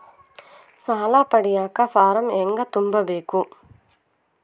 ಸಾಲ ಪಡಿಯಕ ಫಾರಂ ಹೆಂಗ ತುಂಬಬೇಕು?